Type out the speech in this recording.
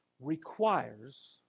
requires